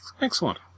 Excellent